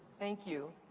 thank you.